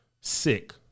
sick